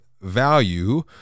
value